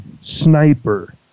sniper